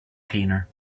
cleaner